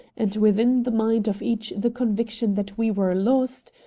and within the mind of each the conviction that we were lost,